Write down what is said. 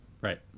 Right